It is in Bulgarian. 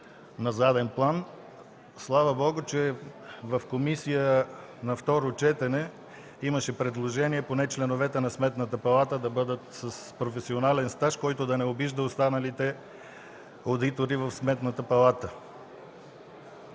на заден план. Слава Богу, че в комисията на второ четене имаше предложение поне членовете на Сметната палата да бъдат с професионален стаж, което да не обижда останалите одитори в Сметната палата.